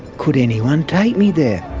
could anyone take me there,